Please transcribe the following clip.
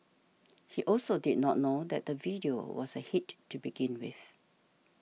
he also did not know that the video was a hit to begin with